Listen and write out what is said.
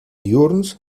diürns